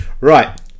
Right